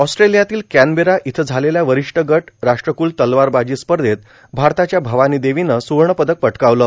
ऑस्ट्र्रोलयात Canberra इथं झालेल्या वारष्ठ गट राष्ट्रक्ल तलवारबाजी स्पधत भारताच्या भवानी देवीनं सुवण पदक पटकावलं